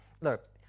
look